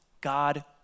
God